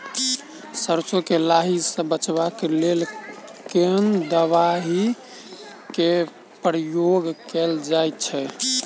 सैरसो केँ लाही सऽ बचाब केँ लेल केँ दवाई केँ प्रयोग कैल जाएँ छैय?